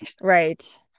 Right